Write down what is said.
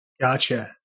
Gotcha